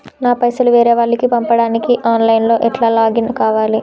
నా పైసల్ వేరే వాళ్లకి పంపడానికి ఆన్ లైన్ లా ఎట్ల లాగిన్ కావాలి?